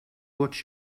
what